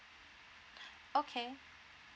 okay